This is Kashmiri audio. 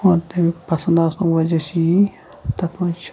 اور تَمیُک پَسنٛد آسنُک وجہ چھِ یی تَتھ منٛز چھِ